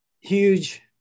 huge